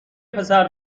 پسر